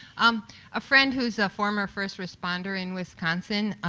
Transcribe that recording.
um a friend who is former first responder in wisconsin,